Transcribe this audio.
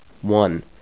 One